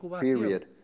period